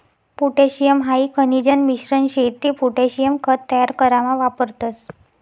potassium हाई खनिजन मिश्रण शे ते पोटॅशियम खत तयार करामा वापरतस